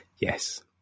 Yes